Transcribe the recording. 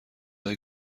های